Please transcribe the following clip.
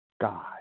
God